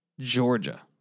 Georgia